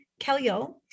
Kellyo